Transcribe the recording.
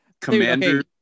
commander